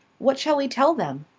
what shall we tell them?